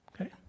Okay